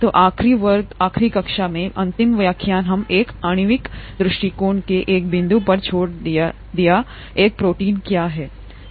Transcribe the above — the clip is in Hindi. तो आखिरी में कक्षा अंतिम व्याख्यान हम एक आणविक दृष्टिकोण से एक बिंदु पर छोड़ दिया एक प्रोटीन क्या है